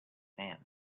sand